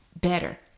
better